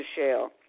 Michelle